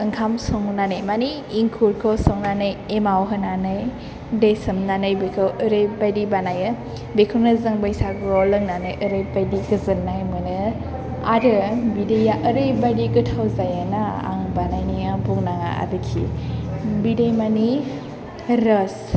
ओंखाम संनानै माने एंखुरखौ संनानै एमाव होनानै दै सोमनानै बिखौ ओरैबायदि बानायो बेखौनो जों बैसागुआव लोंनानै ओरैबायदि गोजोननाय मोनो आरो बिदैया ओरैबायदि गोथाव जायो ना आं बानायनाया बुंनाङा आरोखि बिदै माने रस